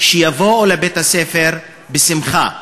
שיבואו לבית-הספר בשמחה.